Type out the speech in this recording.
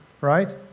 right